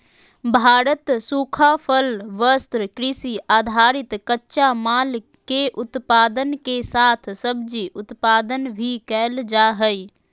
भारत सूखा फल, वस्त्र, कृषि आधारित कच्चा माल, के उत्पादन के साथ सब्जी उत्पादन भी कैल जा हई